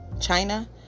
China